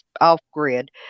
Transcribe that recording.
off-grid